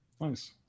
Nice